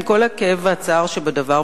עם כל הכאב והצער שבדבר,